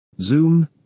Zoom